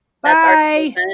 Bye